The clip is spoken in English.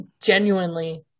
genuinely